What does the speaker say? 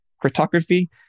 cryptography